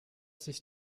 sich